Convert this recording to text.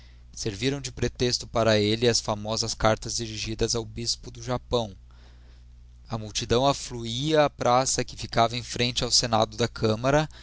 serviram de pretexto para elle as famosas cartas dirigidas ao bispo do japão a multidão affluia á praça que ficava em frente ao senado da